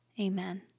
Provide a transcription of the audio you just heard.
Amen